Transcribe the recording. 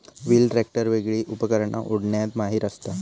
wheel tractor वेगली उपकरणा ओढण्यात माहिर असता